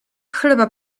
chleba